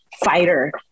fighter